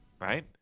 right